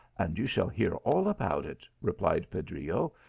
and you shall hear all about it replied pedrillo,